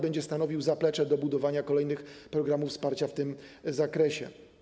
Będzie on stanowił zaplecze do budowania kolejnych programów wsparcia w tym zakresie.